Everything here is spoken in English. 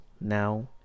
now